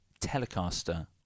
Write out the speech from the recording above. Telecaster